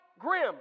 grim